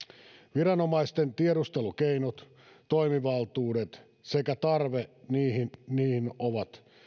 viranomaisten tiedustelukeinot toimivaltuudet sekä tarve niihin niihin ovat